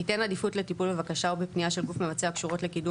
"ייתן עדיפות לטיפול בבקשה או פנייה של גוף מבצע הקשורות לקידום